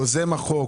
יוזם החוק,